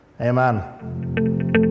Amen